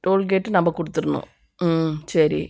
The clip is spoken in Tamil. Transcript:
டோல்கேட்டு நம்ம கொடுத்துட்ணும் ம் சரி